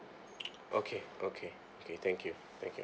okay okay okay thank you thank you